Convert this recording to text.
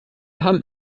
hand